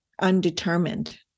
undetermined